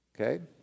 Okay